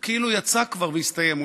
הוא כאילו יצא כבר והסתיים.